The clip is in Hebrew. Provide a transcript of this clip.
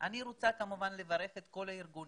אני רוצה כמובן לברך את כל הארגונים,